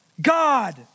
God